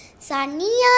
Sania